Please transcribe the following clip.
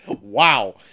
Wow